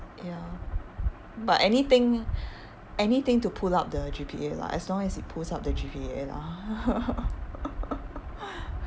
ya but anything anything to pull up the G_P_A lah as long it pulls up the G_P_A lah